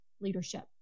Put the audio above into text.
leadership